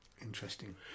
Interesting